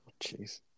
Jeez